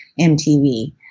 MTV